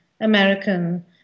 American